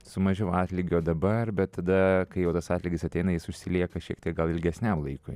su mažiau atlygio dabar bet tada kai jau tas atlygis ateina jis užsilieka šiek tiek gal ilgesniam laikui